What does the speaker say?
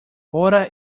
fora